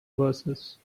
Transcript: verses